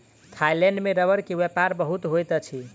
Thailand में रबड़ के व्यापार बहुत होइत अछि